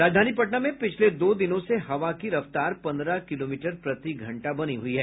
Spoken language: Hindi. राजधानी पटना में पिछले दो दिनों से हवा की रफ्तार पन्द्रह किलोमीटर प्रति घंटा बनी हुई है